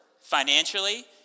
financially